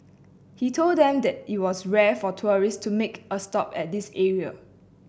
he told them that it was rare for tourists to make a stop at this area